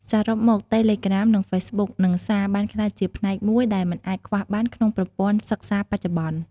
សរុបមក តេឡេក្រាម និងហ្វេសបុក និងសារ បានក្លាយជាផ្នែកមួយដែលមិនអាចខ្វះបានក្នុងប្រព័ន្ធសិក្សាបច្ចុប្បន្ន។